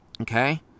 Okay